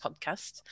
podcast